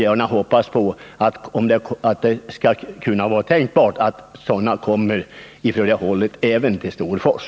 Jag hoppas att sådana initiativ kan komma från departementet även när det gäller Storfors.